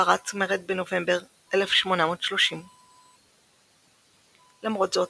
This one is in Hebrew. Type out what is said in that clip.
פרץ מרד בנובמבר 1830. למרות זאת,